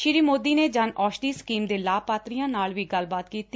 ਸ੍ਰੀ ਮੋਦੀ ਨੇ ਜਨ ਔਸ਼ਧੀ ਸਕੀਮ ਦੇ ਲਾਭਪਾਤਰੀਆਂ ਨਾਲ ਵੀ ਗੱਲਬਾਤ ਕੀਤੀ